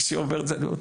אני אומר,